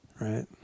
Right